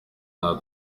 nta